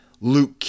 Luke